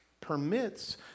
permits